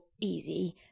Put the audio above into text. easy